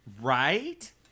Right